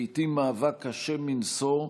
לעיתים מאבק קשה מנשוא,